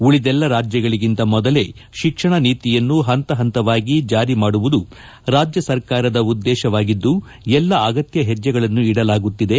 ಉಳಿದೆಲ್ಲ ರಾಜ್ಯಗಳಗಿಂತ ಮೊದಲೇ ಶಿಕ್ಷಣ ನೀತಿಯನ್ನು ಪಂತಸಂತವಾಗಿ ಜಾರಿ ಮಾಡುವುದು ರಾಜ್ಯ ಸರಕಾರದ ಉದ್ದೇಶವಾಗಿದ್ದು ಅಗತ್ಯ ಎಲ್ಲ ಹೆಚ್ಚಗಳನ್ನು ಇಡಲಾಗುತ್ತಿದೆ